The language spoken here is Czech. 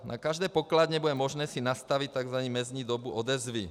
Na každé pokladně bude možné si nastavit tzv. mezní dobu odezvy.